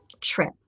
trip